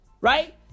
Right